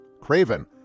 Craven